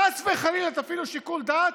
חס וחלילה תפעילו שיקול דעת,